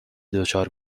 دچار